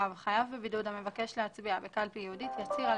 (ו)חייב בבידוד המבקש להצביע בקלפי ייעודית יצהיר על